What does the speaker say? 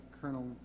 Colonel